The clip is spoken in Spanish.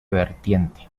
vertiente